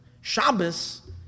Shabbos